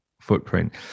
footprint